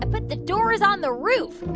i put the doors on the roof.